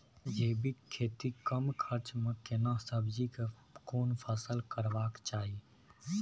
जैविक खेती कम खर्च में केना सब्जी के कोन फसल करबाक चाही?